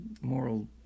moral